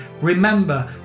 remember